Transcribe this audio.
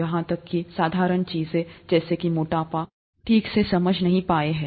यहां तक कि साधारण चीजें जैसे कि मोटापा ठीक से समझ में नहीं पाए है